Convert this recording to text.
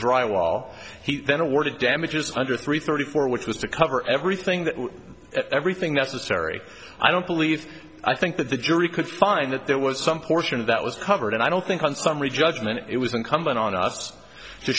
dry wall he then awarded damages under three thirty four which was to cover everything that everything that's a scary i don't believe i think that the jury could find that there was some portion that was covered and i don't think on summary judgment it was incumbent on us to